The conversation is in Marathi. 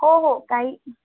हो हो काही